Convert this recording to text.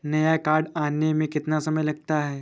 नया कार्ड आने में कितना समय लगता है?